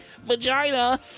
Vagina